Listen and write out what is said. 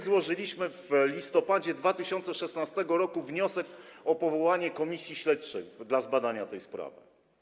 Złożyliśmy w listopadzie 2016 r. wniosek o powołanie komisji śledczej do zbadania tej sprawy.